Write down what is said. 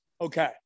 Okay